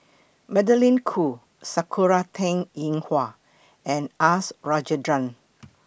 Magdalene Khoo Sakura Teng Ying Hua and US Rajendran